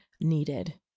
needed